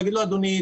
להגיד לו: אדוני,